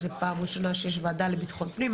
זאת פעם ראשונה שיש ועדה לביטחון פנים.